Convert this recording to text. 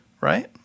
right